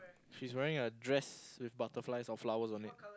she's wearing a dress with butterfly or flowers on it